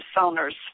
owners